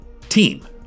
team